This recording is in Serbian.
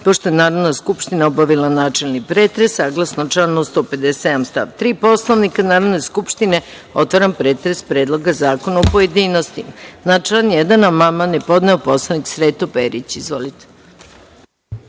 je Narodna skupština obavila načelni pretres, saglasno članu 157. stav 3. Poslovnika Narodne skupštine, otvaram pretres Predloga zakona u pojedinostima. Na član 1. amandman je podneo narodni poslanik Sreto Perić. Izvolite.